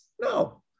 No